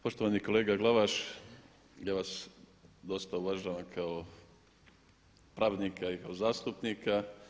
Poštovani kolega Glavaš, ja vas dosta uvažavam kao pravnika i kao zastupnika.